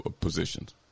positions